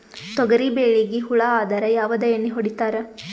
ತೊಗರಿಬೇಳಿಗಿ ಹುಳ ಆದರ ಯಾವದ ಎಣ್ಣಿ ಹೊಡಿತ್ತಾರ?